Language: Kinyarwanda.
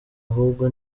ahubwo